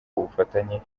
ubufatanye